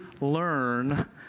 learn